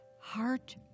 Heart